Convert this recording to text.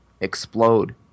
explode